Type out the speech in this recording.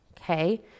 Okay